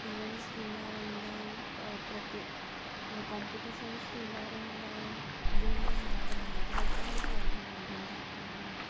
events थींदा रहंदा आहिनि कॉम्पिटिशन्स थींदा रहंदा आहिनि जंहिंमें ॿार भाग वठंदा आहिनि ऐं अॻिया वधंदा आहिनि